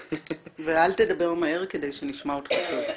ואל תדבר מהר כדי שנשמע אותך טוב וברור.